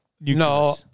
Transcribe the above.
No